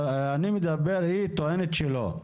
אבל אני מדבר, היא טוענת שלא.